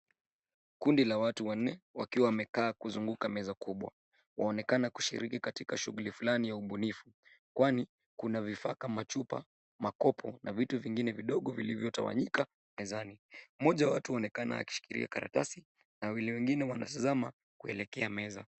Kundi la watu wanne wakiwa wamekaa kuzunguka meza kubwa waonekana kushiriki katika shughuli fulani ya ubunifu kwani kuna vifaa kama chupa, makopo na vitu vingine vidogo vilivyotawanyika mezani. Mmoja wa watu aonekana kushika karatasi na wawili wengine wanatazama kuelekea meza.